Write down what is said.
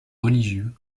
religieux